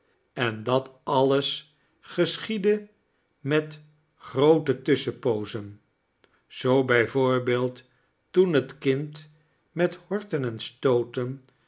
en dat alles geschiedde met groote tusscheaipoozen zoo bijvoorbeeld toen het kind met horten en stooten